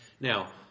Now